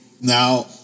now